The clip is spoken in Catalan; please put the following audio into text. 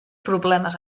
problemes